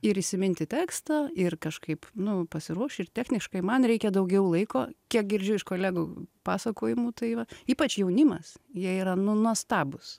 ir įsiminti tekstą ir kažkaip nu pasiruoš ir techniškai man reikia daugiau laiko kiek girdžiu iš kolegų pasakojimų tai ypač jaunimas jie yra nu nuostabūs